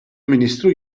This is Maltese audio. ministru